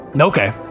Okay